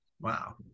Wow